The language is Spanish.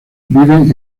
viven